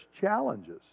challenges